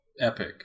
epic